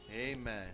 Amen